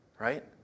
right